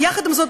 אבל יחד עם זאת,